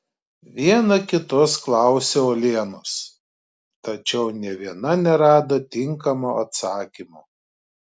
viena kitos klausė uolienos tačiau nė viena nerado tinkamo atsakymo